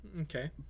Okay